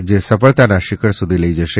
જે સફળતાના શિખર સુધી લઈ જશે